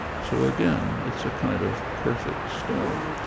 so, again, it's a kind of perfect storm,